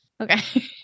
Okay